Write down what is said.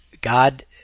god